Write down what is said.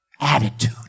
Attitude